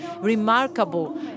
remarkable